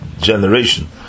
generation